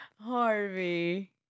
harvey